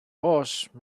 horse